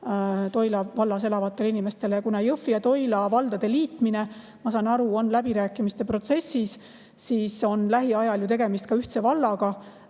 Toila vallas elavatele inimestele? Kuna Jõhvi ja Toila valla liitmine on, nagu ma aru saan, läbirääkimiste protsessis, siis on lähiajal tegemist ühtse vallaga,